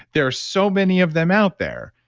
there are so many of them out there,